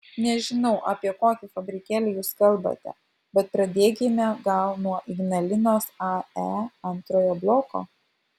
nežinau apie kokį fabrikėlį jūs kalbate bet pradėkime gal nuo ignalinos ae antrojo bloko